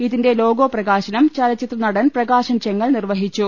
ഇതിന്റെ ലോഗോ പ്രകാശനം ചലച്ചിത്ര നടൻ പ്രകാശൻ ചെങ്ങൽ നിർവഹി ച്ചു